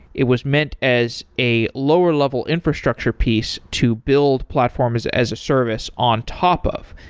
it was meant as a lower level infrastructure piece to build platforms as a service on top of,